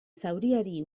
zauriari